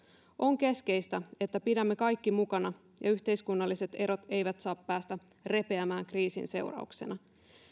on keskeistä että pidämme kaikki mukana ja yhteiskunnalliset erot eivät saa päästä repeämään kriisin seurauksena